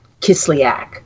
kislyak